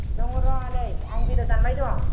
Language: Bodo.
दङ र' नै आं बेदर दानबाय दं